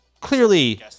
Clearly